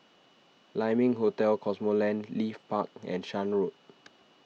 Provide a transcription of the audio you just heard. Lai Ming Hotel Cosmoland Leith Park and Shan Road